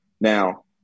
now